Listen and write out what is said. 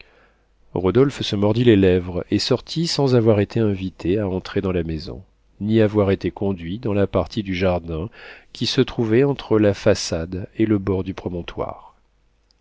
rodolphe se mordit les lèvres et sortit sans avoir été invité à entrer dans la maison ni avoir été conduit dans la partie du jardin qui se trouvait entre la façade et le bord du promontoire